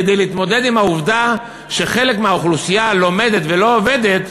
כדי להתמודד עם העובדה שחלק מהאוכלוסייה לומדת ולא עובדת,